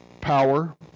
power